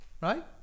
right